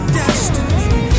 destiny